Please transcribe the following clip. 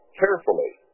carefully